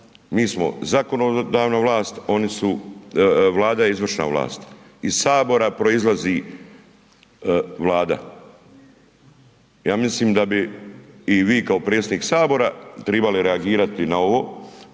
Mi smo zakonodavna vlast, Vlada je izvršna vlast, iz Sabora proizlazi Vlada. Ja mislim da bi i vi kao predsjednik Sabora trebali reagirati na ovo,